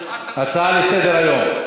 זה כבר מוסכם שזה עובר לוועדת הפנים.